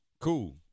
Cool